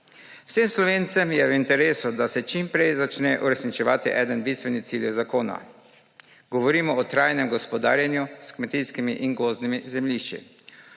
Vsem Slovencem je v interesu, da se čim prej začne uresničevati eden od bistvenih ciljev zakona. Govorimo o trajnem gospodarjenju s kmetijskimi in gozdnimi zemljišči.